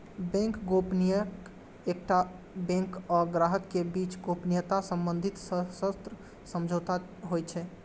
bank गोपनीयता एकटा bank आ ग्राहक के बीच गोपनीयता संबंधी सशर्त समझौता होइ छै